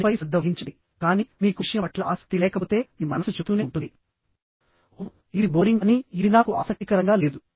దానిపై శ్రద్ధ వహించండి కానీ మీకు విషయం పట్ల ఆసక్తి లేకపోతే మీ మనస్సు చెబుతూనే ఉంటుంది ఓహ్ ఇది బోరింగ్ అని ఇది నాకు ఆసక్తికరంగా లేదు